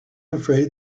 afraid